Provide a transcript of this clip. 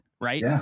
right